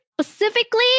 specifically